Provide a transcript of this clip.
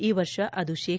ಈ ವರ್ಷ ಅದು ಶೇ